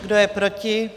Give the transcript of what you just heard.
Kdo je proti?